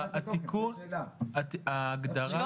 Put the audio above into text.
אני